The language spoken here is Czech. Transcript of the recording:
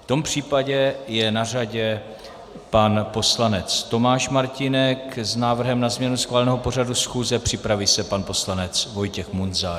V tom případě je na řadě pan poslanec Tomáš Martínek s návrhem na změnu schváleného pořadu schůze, připraví se pan poslanec Vojtěch Munzar.